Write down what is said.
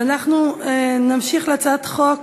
ואנחנו נמשיך להצעת חוק